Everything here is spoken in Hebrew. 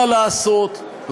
מה לעשות,